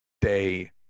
day